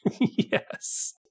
Yes